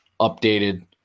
updated